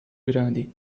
grande